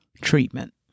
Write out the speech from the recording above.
treatment